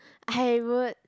I would